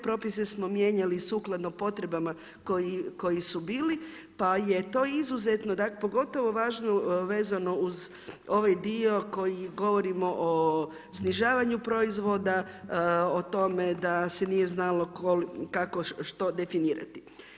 Propise smo mijenjali sukladno potrebama koji su bili pa je to izuzetno pogotovo važno vezano uz ovaj dio koji govorimo o snižavanju proizvoda, o tome da se nije znalo kako što definirati.